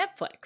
Netflix